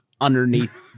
underneath